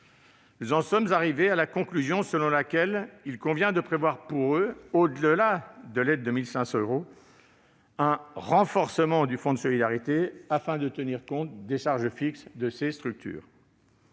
Nous en sommes arrivés à la conclusion qu'il convient de prévoir, au-delà de l'aide de 1 500 euros, un renforcement du fonds de solidarité à leur profit, afin de tenir compte des charges fixes de ces structures.